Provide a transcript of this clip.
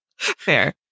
Fair